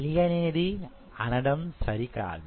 తెలియనిది అనడం సరి కాదు